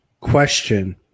Question